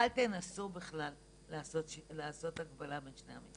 אל תנסו בכלל לעשות הקבלה בין שני הצדדים.